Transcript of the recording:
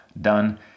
Done